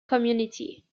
community